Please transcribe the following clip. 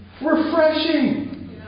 refreshing